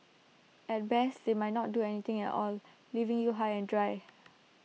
at best they might not do anything at all leaving you high and dry